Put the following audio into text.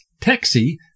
Taxi